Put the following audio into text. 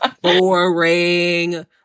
boring